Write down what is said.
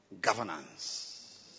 governance